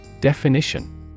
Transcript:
Definition